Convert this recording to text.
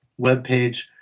webpage